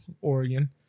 Oregon